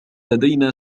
لدينا